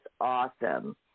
awesome